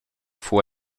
fue